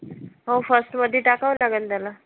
हो फर्स्टमध्ये टाकावंच लागेल त्याला